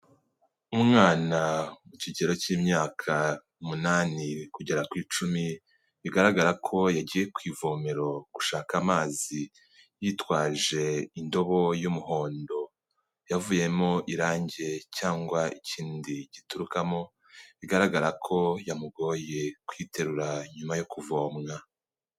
Umwana uri mu kigero cy'imyaka umunani kugera ku icumi, bigaragara ko yagiye ku ivomero gushaka amazi, yitwaje indobo y'umuhondo, yavuyemo irangi cyangwa ikindi giturukamo, bigaragara ko yamugoye kuyiterura nyuma yo kuvomwa.